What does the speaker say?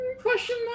Question